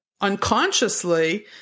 unconsciously